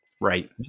Right